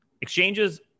exchanges